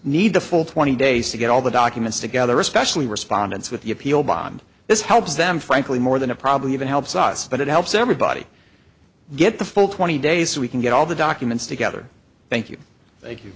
need the full twenty days to get all the documents together especially respondents with the appeal bond this helps them frankly more than a problem even helps us but it helps everybody get the full twenty days so we can get all the documents together thank you thank you